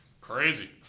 Crazy